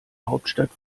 hauptstadt